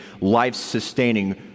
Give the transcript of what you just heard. life-sustaining